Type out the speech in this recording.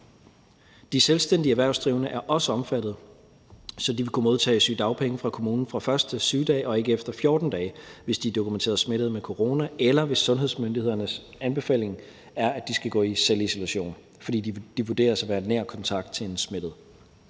De selvstændige erhvervsdrivende er også omfattet, så de vil kunne modtage sygedagpenge fra kommunen fra første sygedag og ikke efter 14 dage, hvis de er dokumenteret smittet med corona, eller hvis sundhedsmyndighedernes anbefaling er, at de skal gå i selvisolation, fordi de vurderes at være nær kontakt til en smittet.